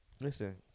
Listen